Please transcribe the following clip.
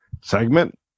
segment